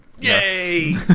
Yay